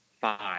five